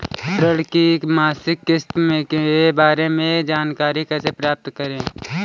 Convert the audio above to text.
ऋण की मासिक किस्त के बारे में जानकारी कैसे प्राप्त करें?